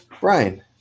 Brian